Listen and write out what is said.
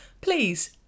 please